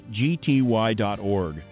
gty.org